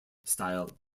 style